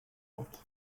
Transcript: out